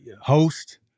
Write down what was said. host